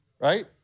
Right